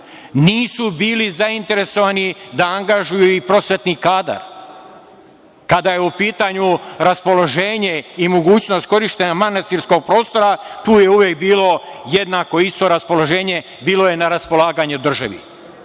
toga. Nisu bili zainteresovani da angažuju i prosvetni kadar kada je u pitanju raspoloženje i mogućnost korišćenja manastirskog prostora tu je uvek bilo jednako isto raspoloženje, bilo je na raspolaganje državi.